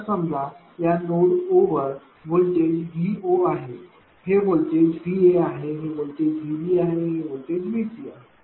तर समजा या नोड O वर व्होल्टेजVOआहे हे व्होल्टेजVAआहे हे व्होल्टेजVBआहे हे व्होल्टेजVCआहे